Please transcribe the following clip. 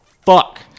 fuck